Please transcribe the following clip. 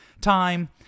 time